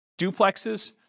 duplexes